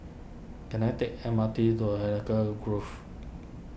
can I take M R T to Grove